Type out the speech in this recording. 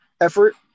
effort